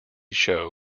show